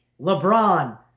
LeBron